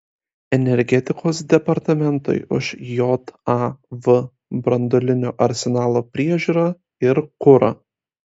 energetikos departamentui už jav branduolinio arsenalo priežiūrą ir kurą